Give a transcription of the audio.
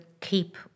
keep